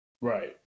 Right